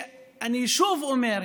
ואני שוב אומר,